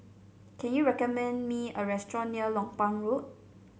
can you recommend me a restaurant near Lompang Road